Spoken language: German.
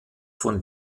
von